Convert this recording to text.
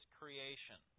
creation